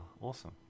Awesome